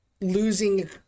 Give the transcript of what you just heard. losing